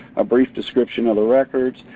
a brief description of the records.